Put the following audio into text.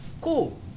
cool